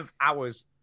hours